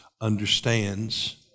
understands